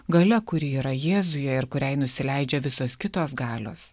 galia kuri yra jėzuje ir kuriai nusileidžia visos kitos galios